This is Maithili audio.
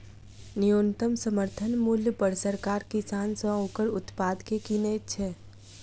न्यूनतम समर्थन मूल्य पर सरकार किसान सॅ ओकर उत्पाद के किनैत छै